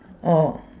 orh